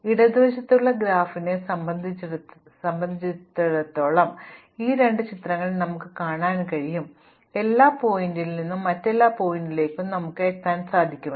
അതിനാൽ ഇടതുവശത്തുള്ള ഗ്രാഫ് ബന്ധിപ്പിച്ചിരിക്കുന്നതായി ഈ രണ്ട് ചിത്രങ്ങളിൽ നിങ്ങൾക്ക് കാണാൻ കഴിയും കാരണം നിങ്ങൾക്ക് എല്ലാ ശീർഷകങ്ങളിൽ നിന്നും മറ്റെല്ലാ ശീർഷകങ്ങളിലേക്കും പോകാം